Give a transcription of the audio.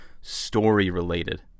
story-related